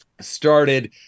started